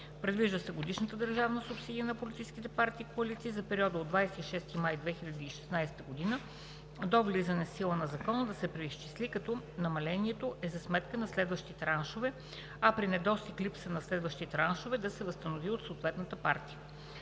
Предвижда се годишната държавна субсидия на политическите партии и коалиции за периода от 26 май 2016 г. до влизането в сила на Закона да се преизчисли, като намалението е за сметка на следващи траншове, а при недостиг/липса на следващи траншове да се възстанови от съответната партия.